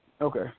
Okay